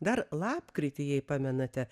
dar lapkritį jei pamenate